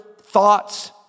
thoughts